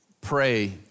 pray